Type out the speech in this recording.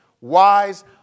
wise